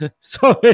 Sorry